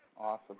Awesome